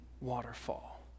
waterfall